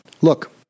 Look